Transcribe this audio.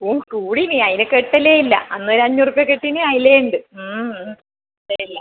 കൂടീന് അതിനെ കെട്ടലേ ഇല്ല അന്ന് ഒരു അഞ്ഞൂറ് ഉർപ്യ കിട്ടീന് അതിൽ ഉണ്ട് തരില്ല